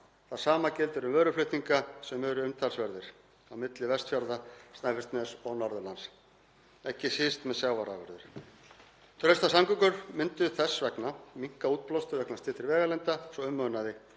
það sama gildir um vöruflutninga sem eru umtalsverðir á milli Vestfjarða, Snæfellsness og Norðurlands, ekki síst með sjávarafurðir. Traustar samgöngur myndu þess vegna minnka útblástur vegna styttri vegalengda svo um munaði.